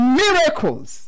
miracles